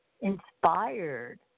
inspired